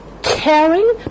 Caring